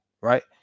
right